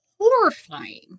horrifying